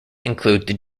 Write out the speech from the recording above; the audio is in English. included